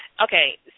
Okay